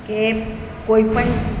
કે કોઈ પણ